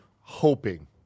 hoping